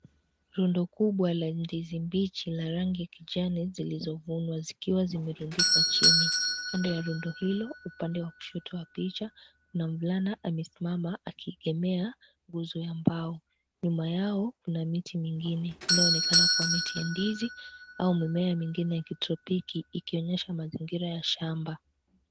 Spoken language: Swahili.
Rundo kubwa la ndizi mbichi la rangi ya kijani zilizovunwa zikiwa zimerundikwa chini, kando ya rundo hilo upande wa kushoto wa picha kuna mvulana amesimama akiegemea guzo ya mbao, nyuma yao kuna miti mingine inayoonekana kuwa miti ya ndizi, au mimea mingine ya kitropiki ikionyesha mazingira ya shamba.